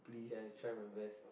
okay I try my best